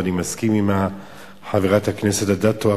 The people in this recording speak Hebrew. ואני מסכים עם חברת הכנסת אדטו,